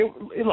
look